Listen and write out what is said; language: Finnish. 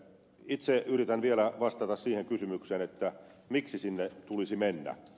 itse yritän vielä vastata siihen kysymykseen miksi sinne tulisi mennä